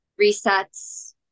resets